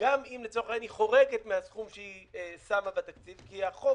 גם אם לצורך העניין היא חורגת מהסכום שהיא שמה בתקציב כי החוק